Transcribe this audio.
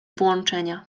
włączenia